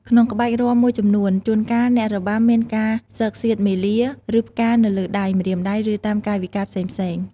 ក្នុងក្បាច់រាំមួយចំនួន ជួនកាលអ្នករបាំមានការស៊កសៀតមាលា ឬ ផ្កា នៅលើដៃ ម្រាមដៃ ឬតាមកាយវិការផ្សេងៗ។